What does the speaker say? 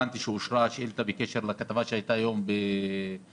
הבנתי שהוגשה שאילתה בקשר לכתבה שהייתה היום ברשת